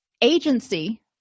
agency